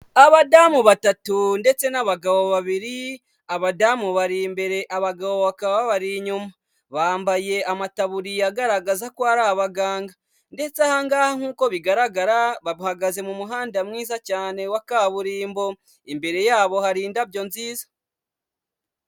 Abadamu batatu ndetse n'abagabo babiri, abadamu bari imbere, abagabo bakaba babari inyuma, bambaye amataburiya agaragaza ko ari abaganga ndetse aha ngaha nkuko bigaragara bahagaze mu muhanda mwiza cyane wa kaburimbo, imbere yabo hari indabyo nziza.